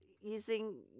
using